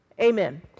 Amen